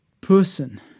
person